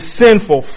sinful